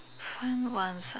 fun ones ah